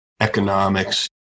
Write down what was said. economics